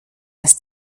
dass